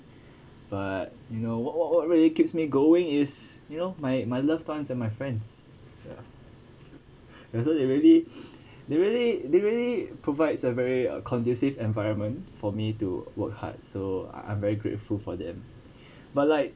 but you know what what what what keeps me going is you know my my loved ones and my friends and also they really they really they really provides a very a conducive environment for me to work hard so I'm very grateful for them but like